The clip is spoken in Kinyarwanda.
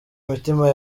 mutima